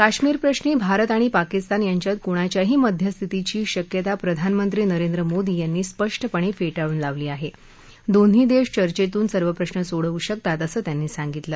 कश्मीरप्रश्री भारत आणि पाकिस्तान यांच्यात कुणाच्याही मध्यस्थितीची शक्यता प्रधानमंत्री नरेंद्र मोदी यांनी स्पष्टपण िप्टिळून लावली आहा दोन्ही दक्षषचेंतून सर्व प्रश्न सोडवू शकतात असं त्यांनी सांगितलं